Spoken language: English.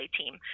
team